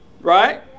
right